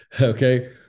Okay